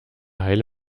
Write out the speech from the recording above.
heile